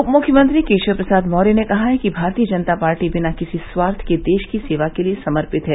उप मृख्यमंत्री केशव प्रसाद मौर्य ने कहा कि भारतीय जनता पार्टी बिना किसी स्वार्थ के देश की सेवा के लिए समर्पित है